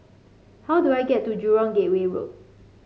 how do I get to Jurong Gateway Road